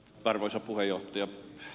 arvoisa puheenjohtaja